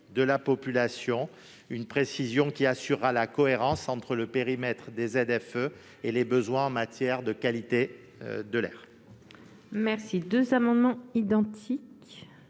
de la population ». Une telle précision assurera la cohérence entre le périmètre des ZFE et les besoins en termes de qualité de l'air.